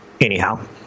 Anyhow